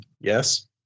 Yes